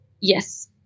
Yes